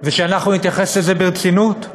ושאנחנו נתייחס לזה ברצינות?